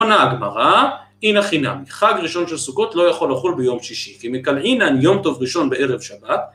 עונה הגמרא אין הכי נמי. ‫חג ראשון של סוכות לא יכול ‫לחול ביום שישי, ‫כי מקלעינא יום טוב ראשון ‫בערב שבת.